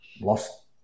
lost